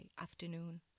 afternoon